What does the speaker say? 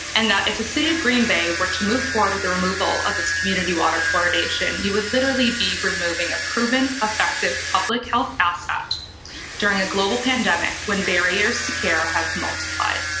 and it's a city of green bay we're to move forward with the removal of its community water fluoridation, you would literally be removing a proven effective public health asset during a global pandemic when barriers to care have multiplied.